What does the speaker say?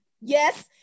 yes